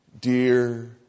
dear